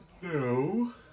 No